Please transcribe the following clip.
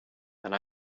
and